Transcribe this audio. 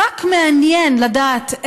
רק מעניין לדעת,